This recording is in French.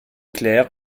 clair